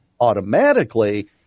automatically